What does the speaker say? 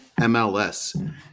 MLS